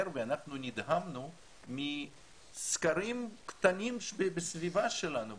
ואנחנו נדהמנו מסקרים קטנים בסביבה שלנו,